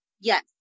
Yes